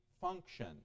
function